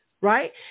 right